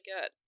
good